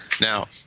Now